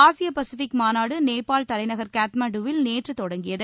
ஆசிய பசிபிக் மாநாடு நேபாள் தலைநகர் காத்மாண்டுவில் நேற்று தொடங்கியது